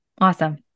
Awesome